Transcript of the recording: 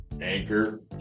Anchor